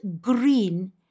green